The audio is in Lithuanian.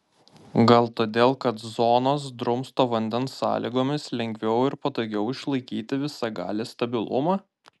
gal todėl kad zonos drumsto vandens sąlygomis lengviau ir patogiau išlaikyti visagalį stabilumą